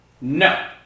No